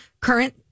current